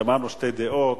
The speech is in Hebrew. שמענו שתי דעות,